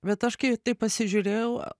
bet aš kai taip pasižiūrėjau